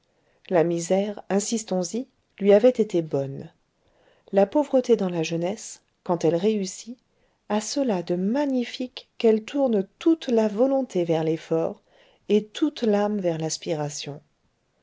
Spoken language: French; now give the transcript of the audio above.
la misère insistons y lui avait été bonne la pauvreté dans la jeunesse quand elle réussit a cela de magnifique qu'elle tourne toute la volonté vers l'effort et toute l'âme vers l'aspiration